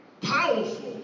Powerful